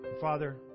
Father